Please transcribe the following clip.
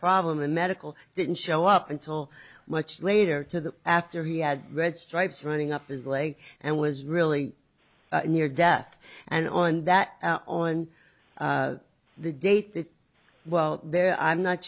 problem a medical didn't show up until much later to the after he had red stripes running up his leg and was really near death and on that on the date that well they're i'm not